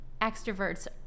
extroverts